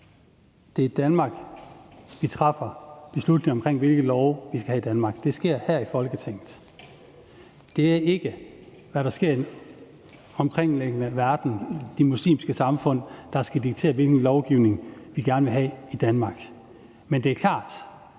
Det er i Danmark, vi træffer beslutningerne om, hvilke love vi skal have i Danmark. Det sker her i Folketinget. Det er ikke, hvad der sker i den omkringliggende verden eller de muslimske samfund, der skal diktere, hvilken lovgivning vi gerne vil have i Danmark. Men det er klart,